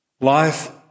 Life